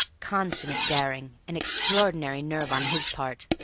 consummate daring and extraordinary nerve on his part,